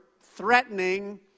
threatening